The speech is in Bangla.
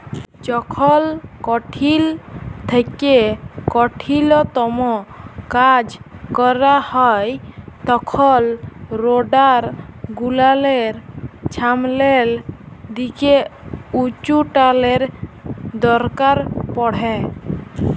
যখল কঠিল থ্যাইকে কঠিলতম কাজ ক্যরা হ্যয় তখল রোডার গুলালের ছামলের দিকে উঁচুটালের দরকার পড়হে